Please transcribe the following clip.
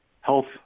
health